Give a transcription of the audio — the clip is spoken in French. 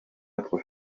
être